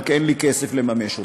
רק אין לו כסף לממש אותה.